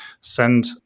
send